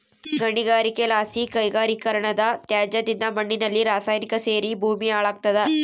ಗಣಿಗಾರಿಕೆಲಾಸಿ ಕೈಗಾರಿಕೀಕರಣದತ್ಯಾಜ್ಯದಿಂದ ಮಣ್ಣಿನಲ್ಲಿ ರಾಸಾಯನಿಕ ಸೇರಿ ಭೂಮಿ ಹಾಳಾಗ್ತಾದ